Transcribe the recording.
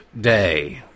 Day